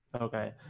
Okay